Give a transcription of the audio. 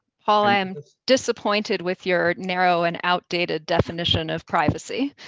paul, i am disappointed with your narrow and outdated definition of privacy.